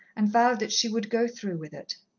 and vowed that she would go through with it.